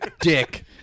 Dick